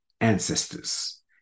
Ancestors